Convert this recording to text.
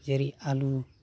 जेरै आलु